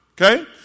okay